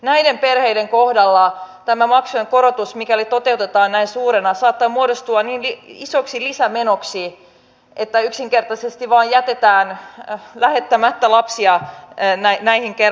näiden perheiden kohdalla tämä maksujen korotus mikäli se toteutetaan näin suurena saattaa muodostua niin isoksi lisämenoksi että yksinkertaisesti vain jätetään lähettämättä lapsia ei näe näin käy